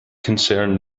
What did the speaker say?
concern